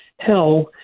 hell